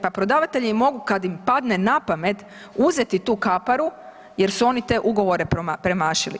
Pa prodavatelji mogu kad im padne na pamet uzeti tu kaparu jer su oni te ugovore premašili.